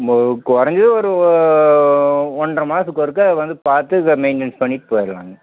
கொறைஞ்சது ஒரு ஒன்றரை மாதத்துக்கு ஒருக்க வந்து பார்த்து இது மெயின்டென்ஸ் பண்ணிவிட்டு போயிடலாங்க